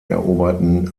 eroberten